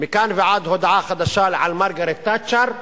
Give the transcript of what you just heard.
מכאן ועד הודעה חדשה על מרגרט תאצ'ר,